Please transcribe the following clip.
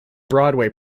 broadway